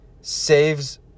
saves